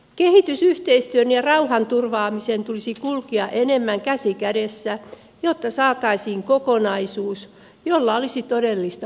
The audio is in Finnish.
kehitysyhteistyön ja rauhanturvaamisen tulisi kulkea enemmän käsi kädessä jotta saataisiin kokonaisuus jolla olisi todellista muutosvoimaa